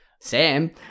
Sam